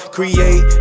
Create